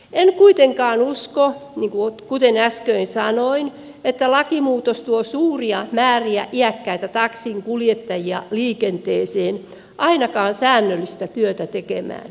en kuitenkaan usko kuten äsken sanoin että lakimuutos tuo suuria määriä iäkkäitä taksinkuljettajia liikenteeseen ainakaan säännöllistä työtä tekemään